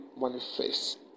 manifest